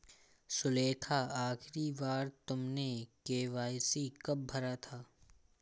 सुलेखा, आखिरी बार तुमने के.वाई.सी कब भरा था?